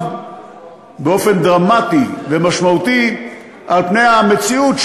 באופן דרמטי ומשמעותי על-פני המציאות,